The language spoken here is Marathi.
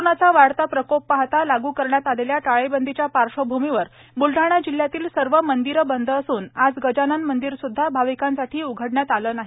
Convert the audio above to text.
कोरोनाचा वाढता प्रकोप पाहता लागू करण्यात आलेल्या टाळेबंदीच्या पार्श्वभूमीवर ब्लढाणा जिल्ह्यातील सर्व मंदिरे बंद असून आज गजानन मंदिर सुद्धा भाविकांसाठी उघडण्यात आले नाही